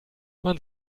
man